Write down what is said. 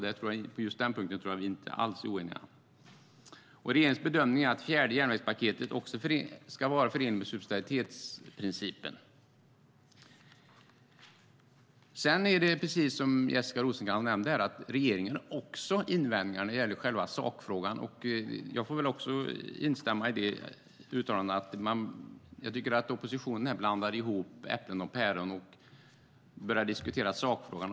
På just på den punkten tror jag att vi inte alls är oeniga. Regeringens bedömning är att fjärde järnvägspaketet också ska vara förenligt med subsidiaritetsprincipen. Sedan har regeringen, som Jessica Rosencrantz framhöll, också invändningar när det gäller själva sakfrågan. Jag får väl också instämma i att oppositionen här blandar ihop äpplen och päron och börjar diskutera sakfrågan.